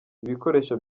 ibikoresho